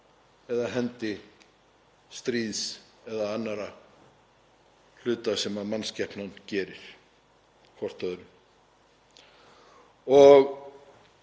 eða hendi stríðs eða annarra hluta sem mannskepnan gerir hvert öðru.